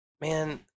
Man